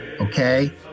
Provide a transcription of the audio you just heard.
okay